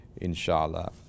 inshallah